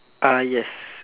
ah yes